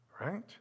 Right